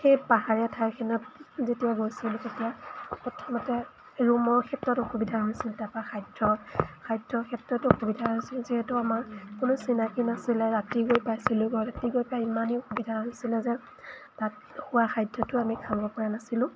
সেই পাহাৰীয়া ঠাইখনত যেতিয়া গৈছিলোঁ তেতিয়া প্ৰথমতে ৰূমৰ ক্ষেত্ৰত অসুবিধা হৈছিল তাৰপৰা খাদ্য খাদ্যৰ ক্ষেত্ৰতো অসুবিধা হৈছিল যিহেতু আমাৰ কোনো চিনাকি নাছিলে ৰাতি গৈ পাইছিলোঁগৈ ৰাতি গৈ পাই ইমানেই অসুবিধা হৈছিলে যে তাত খোৱা খাদ্যটো আমি খাবপৰা নাছিলোঁ